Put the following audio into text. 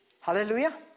Hallelujah